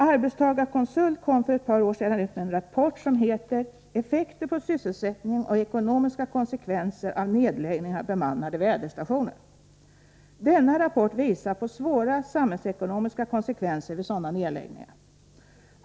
Arbetstagarkonsult kom för ett par år sedan ut med en rapport som heter Effekter på sysselsättning och ekonomiska konsekvenser av nedläggningar av bemannade väderstationer. Denna rapport visar på svåra samhällsekonomiska konsekvenser vid sådana nedläggningar.